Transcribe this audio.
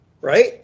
Right